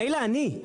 מילא אני,